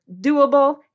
doable